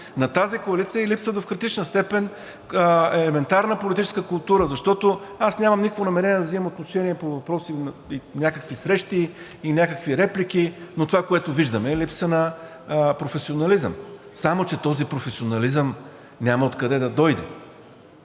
На тази коалиция ѝ липсва в критична степен елементарна политическа култура, защото аз нямам никакво намерение да взимам отношение по въпроси на някакви срещи и някакви реплики, но това, което виждам, е липса на професионализъм, само че този професионализъм няма откъде да дойде